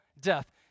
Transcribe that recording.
death